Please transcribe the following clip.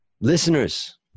listeners